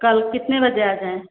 कल कितने बजे आ जाएँ